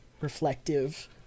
reflective